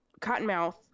Cottonmouth